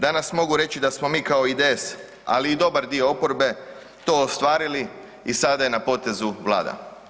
Danas mogu reći da smo mi kao IDS, ali i dobar dio oporbe to ostvarili i sada je na potezu Vlada.